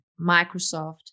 Microsoft